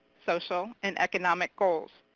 social, and economic goals.